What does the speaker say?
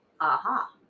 aha